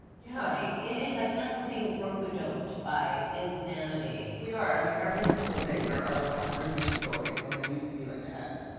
yeah. it is, i feel like we're being roped-a-doped, by insanity. we are. i mean, every single day there are like one hundred news stories when there used to be like ten.